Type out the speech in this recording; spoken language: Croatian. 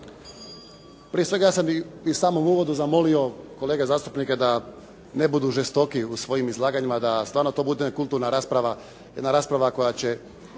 Prije svega, ja sam i u samom uvodu zamolio kolege zastupnike da ne budu žestoki u svojim izlaganjima, da stvarno to bude jedna kulturna rasprava, jedna rasprava koja će